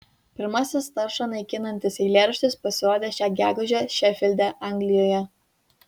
pirmasis taršą naikinantis eilėraštis pasirodė šią gegužę šefilde anglijoje